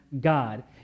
God